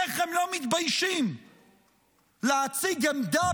איך הם לא מתביישים להציג עמדה